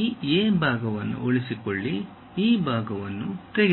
ಈ ಎ ಭಾಗವನ್ನು ಉಳಿಸಿಕೊಳ್ಳಿ ಈ ಭಾಗವನ್ನು ತೆಗೆದುಹಾಕಿ